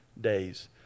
days